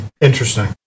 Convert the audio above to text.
Interesting